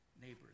neighbors